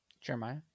Jeremiah